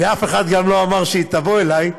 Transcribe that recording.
ואף אחד גם לא אמר שהיא תבוא אלי,